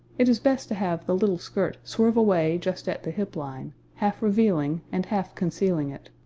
it is best to have the little skirt swerve away just at the hip-line, half revealing and half concealing it.